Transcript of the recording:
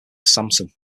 samson